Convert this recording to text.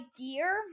gear